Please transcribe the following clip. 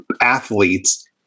athletes